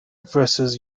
versus